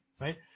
right